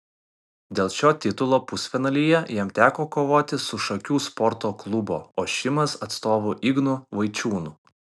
dėl šio titulo pusfinalyje jam teko kovoti su šakių sporto klubo ošimas atstovu ignu vaičiūnu